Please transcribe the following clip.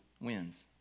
wins